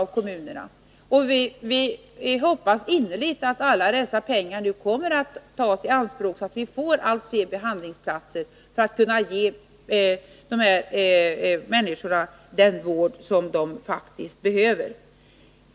Vi hoppas att alla dessa pengar nu kommer att tas i anspråk, så att vi får allt fler behandlingsplatser för att kunna ge dessa människor den vård som de faktiskt behöver.